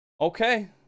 Okay